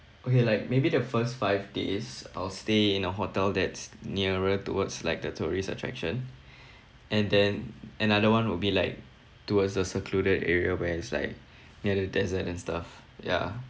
okay like maybe the first five days I'll stay in a hotel that's nearer towards like the tourist attraction and then another one would be like towards the secluded area where it's like near the desert and stuff ya